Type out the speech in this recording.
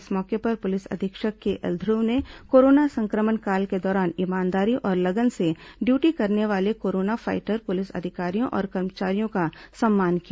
इस मौके पर पुलिस अधीक्षक केएल ध्र्व ने कोरोना संक्रमण काल के दौरान ईमानदारी और लगन से ड्यूटी करने वाले कोरोना फाइटर पुलिस अधिकारियों और कर्मचारियों का सम्मान किया